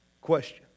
question